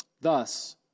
thus